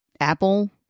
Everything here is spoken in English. Apple